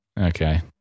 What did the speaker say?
Okay